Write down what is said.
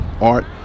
art